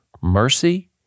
mercy